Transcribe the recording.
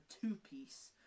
two-piece